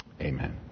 Amen